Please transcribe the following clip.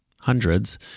hundreds